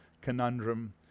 conundrum